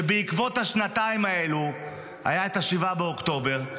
שבעקבות השנתיים האלה היה 7 באוקטובר.